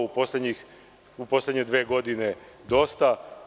U poslednje dve godine dosta.